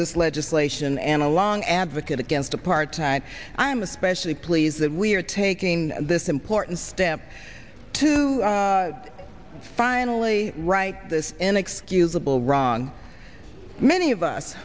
this legislation and a long advocate against apartheid i'm especially pleased that we are taking this important step to finally write this inexcusable wrong many of us